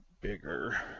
Bigger